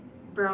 brown